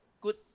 good